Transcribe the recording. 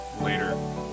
later